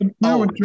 No